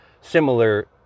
similar